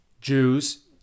Jews